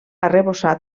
arrebossat